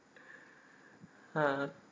!huh!